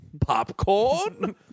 popcorn